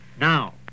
Now